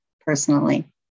personally